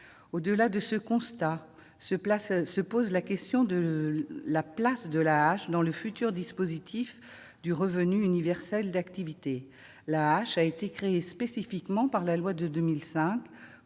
Au-delà de ce constat se pose la question de la place de l'AAH dans le futur dispositif du revenu universel d'activité. L'AAH a été créée spécifiquement par la loi de 2005